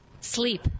sleep